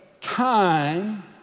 time